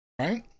right